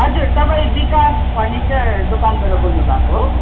हजुर तपाईँ विकास फर्निचर दोकानबाट बोल्नुभएको हो